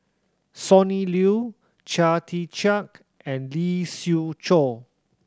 Sonny Liew Chia Tee Chiak and Lee Siew Choh